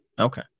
Okay